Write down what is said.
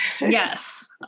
yes